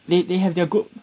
they they have their good